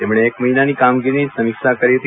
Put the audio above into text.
તેમણે એક મહિનાની કામગીરીની સમીક્ષા કરી હતી